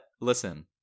listen